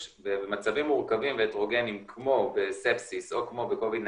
יש במצבים מורכבים והטרוגניים כמו בספסיס או 19-COVID,